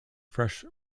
fresh